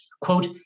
quote